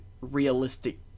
realistic